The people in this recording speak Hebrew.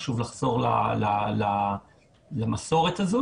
חשוב לחזור למסורת הזאת,